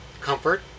comfort